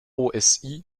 osi